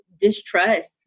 distrust